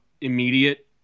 immediate